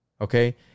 okay